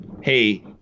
Hey